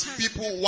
people